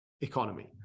economy